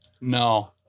No